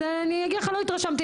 לא התרשמתי